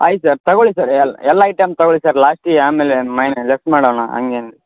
ಆಯ್ತು ಸರ್ ತಗೋಳ್ಳಿ ಸರ್ ಎಲ್ಲ ಐಟಮ್ ತಗೋಳ್ಳಿ ಸರ್ ಲಾಸ್ಟಿಗೆ ಆಮೇಲೆ ಮೈನೆ ಲೆಸ್ ಮಾಡೋಣ ಹಂಗೇನ್